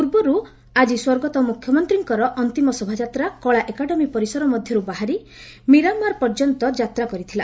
ପୂର୍ବରୁ ଆଜି ସ୍ୱର୍ଗତ ମୁଖ୍ୟମନ୍ତ୍ରୀଙ୍କର ଅନ୍ତିମ ଶୋଭାଯାତ୍ରା କଳାଏକାଡେମୀ ପରିସର ମଧ୍ୟରୁ ବାହାରି ମୀରାମାର୍ ପର୍ଯ୍ୟନ୍ତ ଯାତ୍ରା କରିଥିଲା